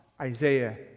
Isaiah